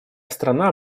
страна